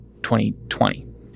2020